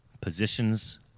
positions